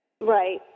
Right